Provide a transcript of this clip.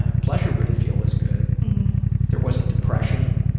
ah pleasure wouldn't feel as good. if there wasn't depression,